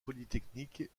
polytechnique